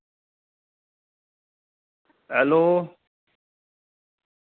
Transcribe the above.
hello